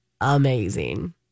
amazing